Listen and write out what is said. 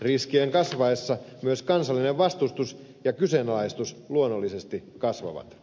riskien kasvaessa myös kansallinen vastustus ja kyseenalaistus luonnollisesti kasvavat